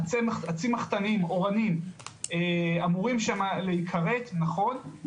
עצים מחטניים, אורנים אמורים שם להיכרת, נכון.